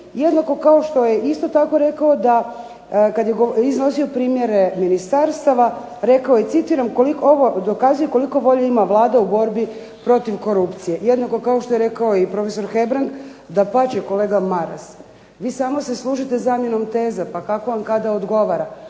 ,jednako kao što je isto tako rekao da kad je govorio i iznosio primjere ministarstava rekao je citiram "ovo dokazuje koliko volje ima Vlada u borbi protiv korupcije" Jednako kao što je rekao i profesor Hebrang, dapače kolega Maras, vi samo se služite zamjenom teza, pa kako vam kada odgovara.